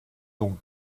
donc